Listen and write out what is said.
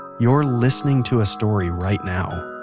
you're listening to a story right now,